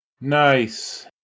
Nice